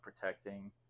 protecting